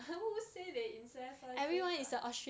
who say they incest [one] 谁讲